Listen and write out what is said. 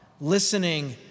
listening